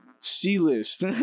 C-list